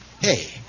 hey